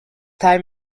time